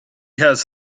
has